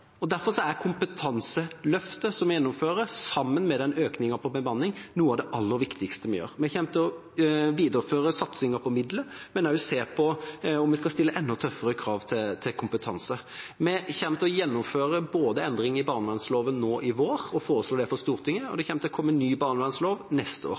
og de ansatte står i vanskelige dilemmaer. Derfor er kompetanseløftet som gjennomføres, sammen med en økning av bemanning, noe av det aller viktigste vi gjør. Vi kommer til å videreføre satsingen på midler, men også se på om vi skal stille enda tøffere krav til kompetanse. Vi kommer til å gjennomføre endring i barnevernsloven nå i år, foreslå det for Stortinget, og det kommer til å komme ny barnevernslov neste år.